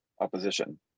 opposition